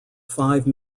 five